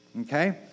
Okay